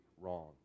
wrong